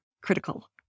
critical